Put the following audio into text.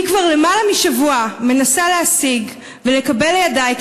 אני כבר למעלה משבוע מנסה להשיג ולקבל לידי את